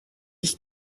ich